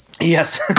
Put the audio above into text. Yes